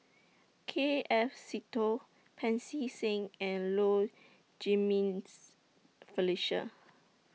K F Seetoh Pancy Seng and Low Jimenez Felicia